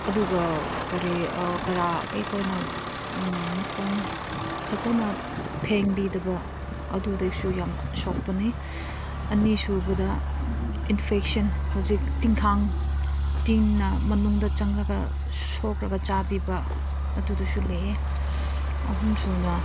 ꯑꯗꯨꯒ ꯀꯔꯤ ꯀꯔꯥ ꯑꯩꯈꯣꯏꯅ ꯃꯈꯣꯡ ꯐꯖꯅ ꯐꯦꯡꯕꯤꯗꯕ ꯑꯗꯨꯗꯒꯤꯁꯨ ꯌꯥꯝ ꯁꯣꯛꯄꯅꯤ ꯑꯅꯤꯁꯨꯕꯗ ꯏꯟꯐꯦꯛꯁꯟ ꯍꯧꯖꯤꯛ ꯇꯤꯟ ꯀꯥꯡ ꯇꯤꯟꯅ ꯃꯅꯨꯡꯗ ꯆꯪꯂꯒ ꯁꯣꯛꯂꯒ ꯆꯥꯕꯤꯕ ꯑꯗꯨꯗꯁꯨ ꯂꯩꯌꯦ ꯑꯍꯨꯝꯁꯨꯅ